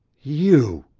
you!